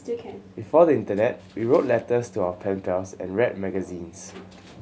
before the internet we wrote letters to our pen pals and read magazines